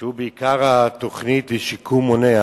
שהוא בעיקר התוכנית לשיקום מונע,